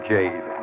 Jade